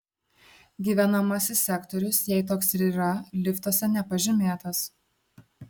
gyvenamasis sektorius jei toks ir yra liftuose nepažymėtas